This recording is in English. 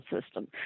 system